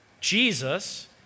Jesus